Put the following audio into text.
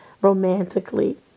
romantically